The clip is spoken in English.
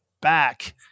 back